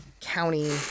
county